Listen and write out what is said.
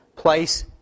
place